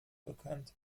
bekannt